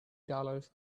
dollars